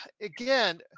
again